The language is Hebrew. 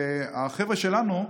והחבר'ה שלנו,